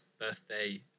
birthday